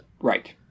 Right